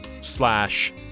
Slash